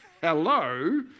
hello